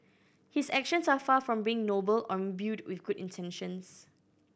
his actions are far from being noble or imbued with good intentions